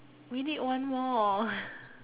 we need one more